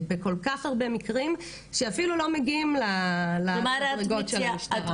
בכל כך הרבה מקרים כשאפילו לא מגיעים למדרגות של המשטרה.